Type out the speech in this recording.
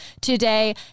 today